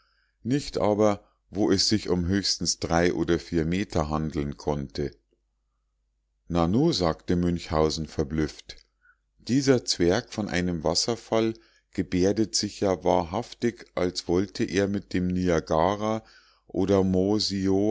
nicht aber wo es sich um höchstens drei oder vier meter handeln konnte nanu sagte münchhausen verblüfft dieser zwerg von einem wasserfall gebärdet sich ja wahrhaftig als wollte er mit dem niagara oder